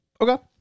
Okay